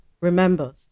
remember